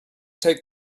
take